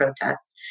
protests